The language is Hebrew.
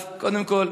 אז קודם כול,